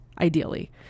ideally